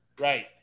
right